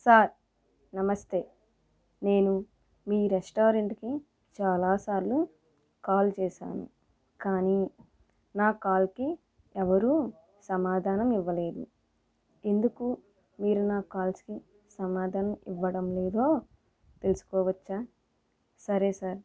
sir నమస్తే నేను మీ రెస్టారెంట్కి చాలాసార్లు కాల్ చేసాను కానీ నా కాల్కి ఎవరు సమాధానం ఇవ్వలేదు ఎందుకు మీరు నా కాల్స్కి సమాధానం ఇవ్వడం లేదో తెలుసుకోవచ్చా సరే సార్